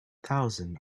thousand